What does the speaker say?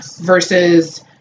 versus